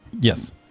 Yes